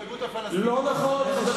לא נכון.